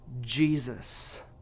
Jesus